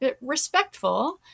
Respectful